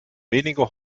wenige